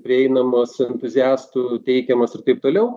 prieinamos entuziastų teikiamos ir taip toliau